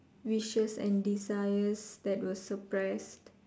wishes and desires that were suppressed